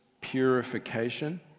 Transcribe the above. purification